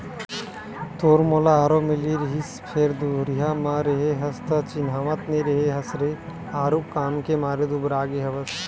तोर मोला आरो मिलिस फेर दुरिहा म रेहे हस त चिन्हावत नइ रेहे हस रे आरुग काम के मारे दुबरागे हवस